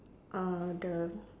uh the